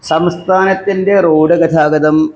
സംസ്ഥാനത്തിൻ്റെ റോഡ് ഗതാഗതം